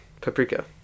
Paprika